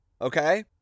Okay